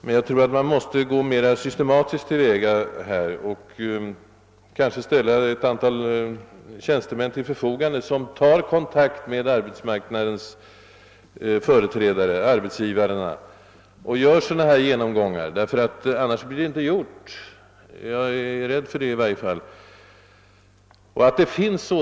Men jag tror att man måste gå mer systematiskt till väga och kanske ställa några speciella tjänstemän till arbetsmarknadens förfogande som tar kontakt med företrädare för denna marknad och gör en sådan genomgång som man gjort i Västernorrlands län, ty annars är jag rädd för att den inte blir gjord. Jag tror t.om.